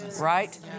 Right